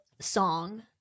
song